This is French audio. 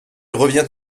revient